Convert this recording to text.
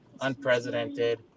unprecedented